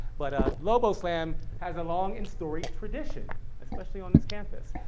but lobo slam has a long and storied tradition especially on this campus.